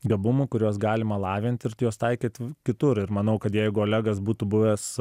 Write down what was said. gabumų kuriuos galima lavint ir juos taikyt kitur ir manau kad jeigu olegas būtų buvęs